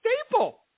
staple